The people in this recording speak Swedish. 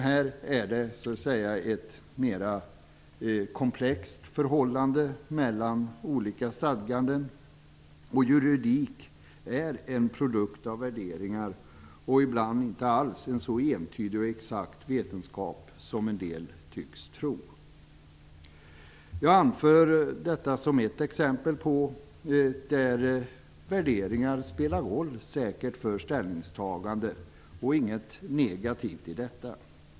Här är det ett mer komplext förhållande mellan olika stadganden, och juridik är en produkt av värderingar och ibland inte alls en så entydig och exakt vetenskap som en del tycks tro. Jag anför detta som ett exempel på en situation där värderingar säkert spelar roll för ställningstagandet, och inget negativt i detta.